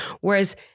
Whereas